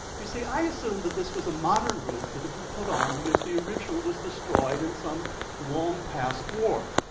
you see, i assumed that this was a modern roof that had been put on because the original was destroyed in some long-past war.